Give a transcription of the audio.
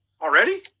Already